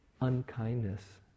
unkindness